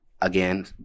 again